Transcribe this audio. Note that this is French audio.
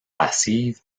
passive